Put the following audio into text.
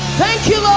thank you